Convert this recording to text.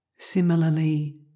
Similarly